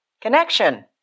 connection